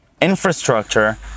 infrastructure